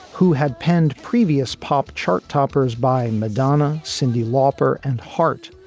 who had penned previous pop chart toppers by madonna, cyndi lauper and hart,